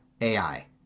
AI